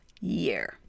year